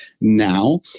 now